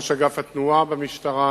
וראש אגף התנועה במשטרה,